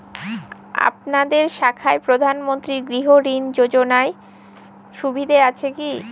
আপনাদের শাখায় প্রধানমন্ত্রী গৃহ ঋণ যোজনার সুবিধা আছে কি?